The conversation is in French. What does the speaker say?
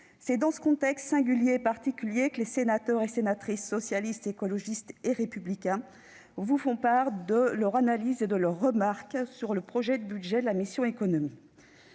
C'est dans ce contexte singulier et particulier que les sénateurs et sénatrices socialistes, écologistes et républicains vous font part de leur analyse et de leurs remarques sur les crédits de la mission « Économie